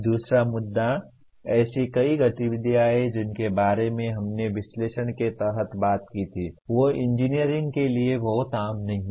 दूसरा मुद्दा ऐसी कई गतिविधियां हैं जिनके बारे में हमने विश्लेषण के तहत बात की थी वे इंजीनियरिंग के लिए बहुत आम नहीं हैं